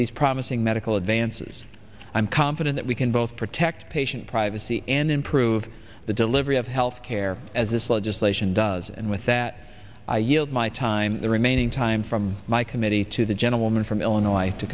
these promising medical advances i'm confident that we can both protect patient privacy and improve the delivery of health care as this legislation does and with that i yield my time the remaining time from my committee to the gentleman from illinois to